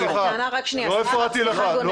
סליחה, לא הפרעתי לך, אל